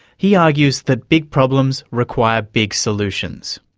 he argues that big problems require big solutions.